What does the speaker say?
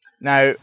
Now